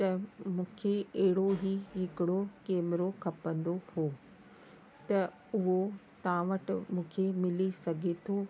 त मूंखे अहिड़ो ई हिकिड़ो कैमरो खपंदो हुओ त उहो तव्हां वटि मुखे मिली सघे थो